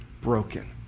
broken